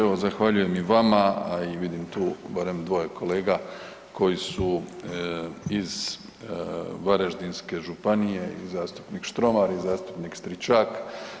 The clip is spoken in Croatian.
Evo, zahvaljujem i vama, a i vidim tu barem dvoje kolega koji su iz Varaždinske županije i zastupnik Štromar i zastupnik Stričak.